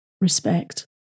respect